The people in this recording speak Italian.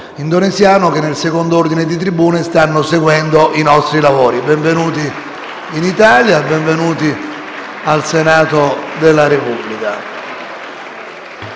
indonesiano che, nel secondo ordine di tribune, sta seguendo i nostri lavori. Benvenuti in Italia, benvenuti al Senato della Repubblica.